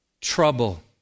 trouble